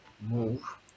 move